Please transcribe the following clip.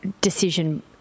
decision